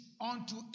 unto